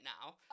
now